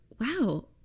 wow